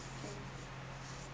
no charge